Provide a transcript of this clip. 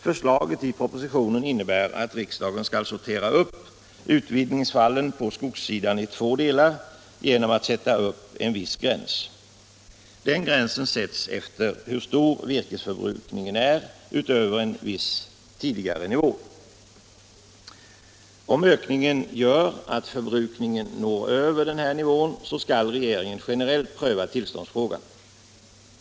Förslaget i propositionen innebär att riksdagen skall sortera upp utvidgningsfallen på skogssidan i två delar genom att sätta upp en viss gräns. Den gränsen sätts efter hur stor virkesförbrukningen är utöver en viss tidigare nivå. Om ökningen gör att förbrukningen når över denna nivå skall regeringen generellt pröva tillståndsfrågan.